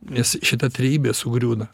nes šita trejybė sugriūna